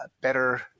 better